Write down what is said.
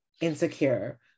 insecure